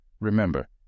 Remember